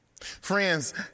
Friends